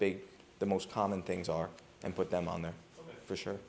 big the most common things are and put them on there for sure